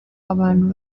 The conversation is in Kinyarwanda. abantu